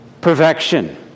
perfection